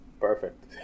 Perfect